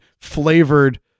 flavored